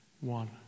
One